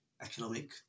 economic